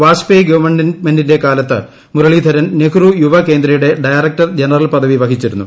വാജ്പേയ് ഗവൺമെന്റിന്റെ കാലത്ത് മുരളീധരൻ നെഹ്റു യുവ കേന്ദയുടെ ഡയറക്ടർ ജനറൽ പദവി വഹിച്ചിരുന്നു